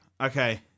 Okay